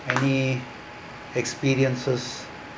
any experiences